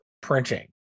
printing